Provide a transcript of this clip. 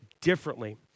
differently